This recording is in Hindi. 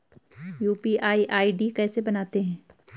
यु.पी.आई आई.डी कैसे बनाते हैं?